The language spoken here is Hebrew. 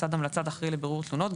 לצד המלצת האחראי על בירור תלונות,